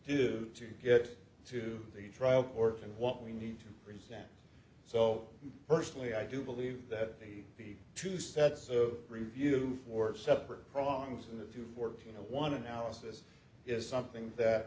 do to get to the trial court and what we need to present so personally i do believe that the two sets of review four separate problems in the two fourteen one analysis is something that